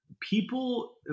people